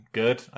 good